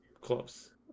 close